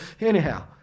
Anyhow